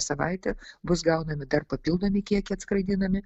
savaitę bus gaunami dar papildomi kiekiai atskraidinami